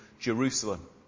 Jerusalem